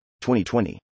2020